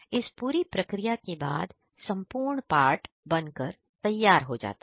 इस पूरी प्रक्रिया के बाद संपूर्ण पार्ट बनकर तैयार हो जाता है